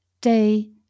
day